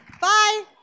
Bye